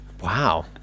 Wow